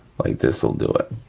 like this will do it.